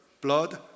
blood